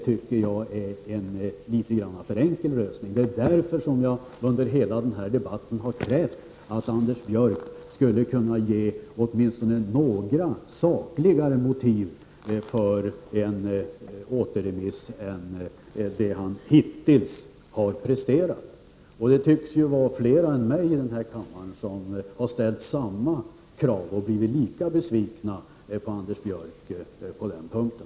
Det är därför som jag under hela den här debatten har krävt att Anders Björck skulle kunna ge åtminstone några sakligare motiv för en återremiss än vad han hittills har presterat. Det tycks vara flera än jag här i kammaren som har ställt samma krav och blivit lika besvikna på Anders Björck på den punkten.